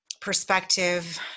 perspective